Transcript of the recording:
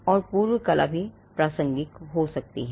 और पूर्व कला भी प्रासंगिक हो सकती है